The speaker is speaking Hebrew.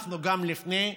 ולפני כן,